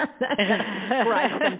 right